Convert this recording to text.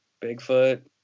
Bigfoot